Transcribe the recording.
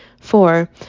Four